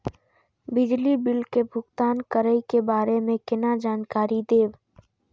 बिजली बिल के भुगतान करै के बारे में केना जानकारी देब?